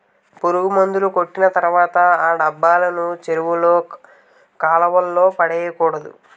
పురుగుమందు కొట్టిన తర్వాత ఆ డబ్బాలను చెరువుల్లో కాలువల్లో పడేకూడదు